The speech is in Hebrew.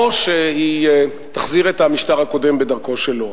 או שהיא תחזיר את המשטר הקודם בדרכו שלו.